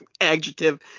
adjective